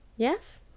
yes